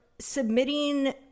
submitting